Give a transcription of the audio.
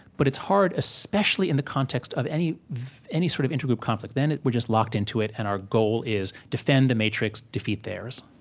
but it's hard, especially in the context of any any sort of intergroup conflict. then we're just locked into it, and our goal is defend the matrix, defeat theirs